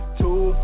two